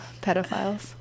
pedophiles